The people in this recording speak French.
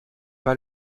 pas